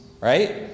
right